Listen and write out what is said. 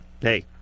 Hey